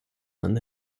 eine